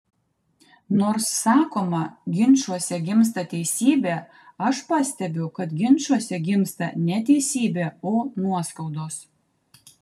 nors sakoma ginčuose gimsta teisybė aš pastebiu kad ginčuose gimsta ne teisybė o nuoskaudos